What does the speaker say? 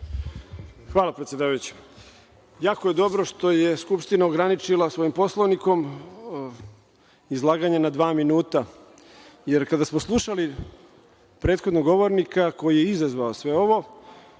Hvala, predsedavajući. Jako je dobro što je Narodna skupština ograničila svojim Poslovnikom izlaganje na dva minuta, jer da smo slušali prethodnog govornika, koji je izazvao sve ovo,